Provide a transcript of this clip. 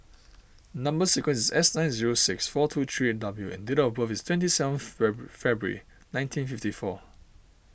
Number Sequence is S nine zero six four two three eight W and date of birth is twenty seventh Feb February nineteen fifty four